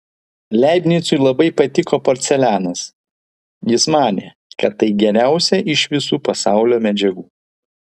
leibnicui labai patiko porcelianas jis manė kad tai geriausia iš visų pasaulio medžiagų